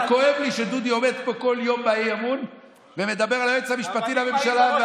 כואב לי שדודי עומד פה כל יום באי-אמון ומדבר על היועץ המשפטי לממשלה,